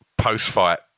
post-fight